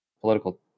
political